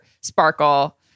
sparkle